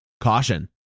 Caution